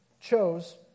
chose